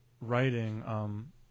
writing